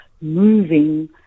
moving